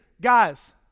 guys